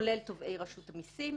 כולל תובעי רשות המיסים.